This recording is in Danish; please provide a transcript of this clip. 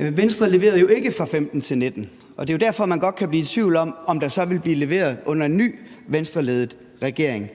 Venstre leverede jo ikke fra 2015 til 2019, og det er derfor, man godt kan blive i tvivl om, om der så vil blive leveret under en ny Venstreledet regering.